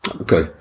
Okay